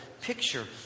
picture